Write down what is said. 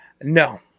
No